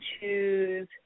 choose